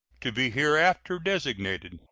to be hereafter designated.